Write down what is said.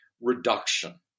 reduction